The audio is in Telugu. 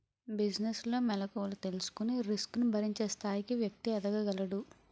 బిజినెస్ లో మెలుకువలు తెలుసుకొని రిస్క్ ను భరించే స్థాయికి వ్యక్తి ఎదగగలడు